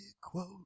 Quote